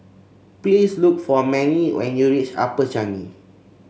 please look for Mannie when you reach Upper Changi